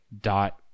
dot